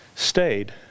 stayed